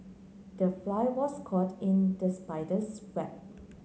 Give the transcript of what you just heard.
the fly was caught in the spider's web